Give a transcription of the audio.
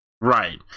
Right